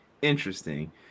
Interesting